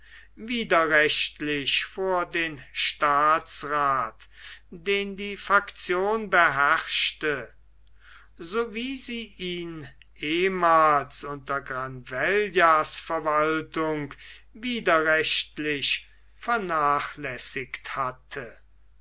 widerrechtlich vor den staatsrath den die faktion beherrschte so wie sie ihn ehmals unter granvellas verwaltung widerrechtlich vernachlässigt hatte